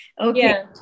okay